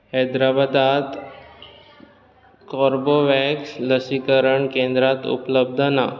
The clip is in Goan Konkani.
हैदराबादांत कोर्बोवॅक्स लसीकरण केंद्रां उपलब्ध ना